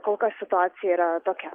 kol kas situacija yra tokia